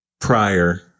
prior